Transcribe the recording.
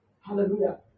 Hallelujah